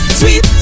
sweet